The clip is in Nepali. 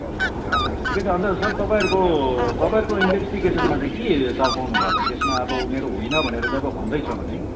ए अच्छा अच्छा ठिकै छ सर अनि तपाईँहरूको तपाईँहरूको इन्भेस्टिगेसनमा चाहिँ के चाल पाउनुभयो त त्यसमा अब उनीहरू होइन भनेर जब भन्दैछ भने